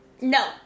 No